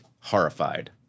horrified